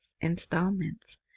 installments